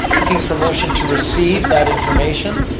looking for motion to receive that information.